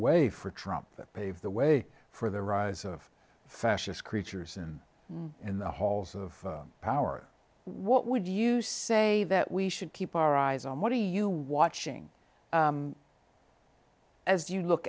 way for trump that paved the way for the rise of fascist creatures and in the halls of power what would you say that we should keep our eyes on what are you watching as you look